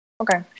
Okay